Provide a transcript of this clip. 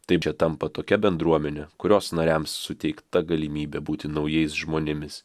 taip čia tampa tokia bendruomene kurios nariams suteikta galimybė būti naujais žmonėmis